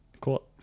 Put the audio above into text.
cool